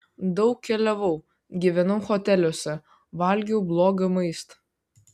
daug keliavau gyvenau hoteliuose valgiau blogą maistą